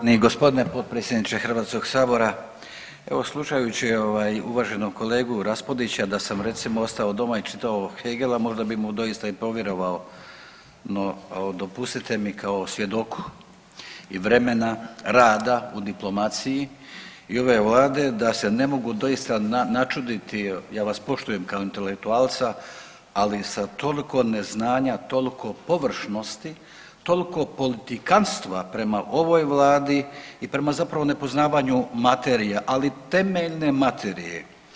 poštovani gospodine potpredsjedniče Hrvatskog sabora, evo slušajući ovaj uvaženog kolegu Raspudića da sam recimo ostao doma i čitao ovog Hegela možda bi mu doista i povjerovao, no dopustite mi kao svjedoku i vremena, rada u diplomaciji i ove vlade da se ne mogu doista načuditi, ja vas poštujem kao intelektualca, ali sa toliko neznanja, toliko površnosti, toliko politikantstva prema ovoj vladi i prema zapravo nepoznavanju materije, ali temeljne materije.